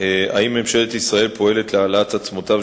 ערבים להבטחת ייצוג הולם לערבים בשירות המדינה,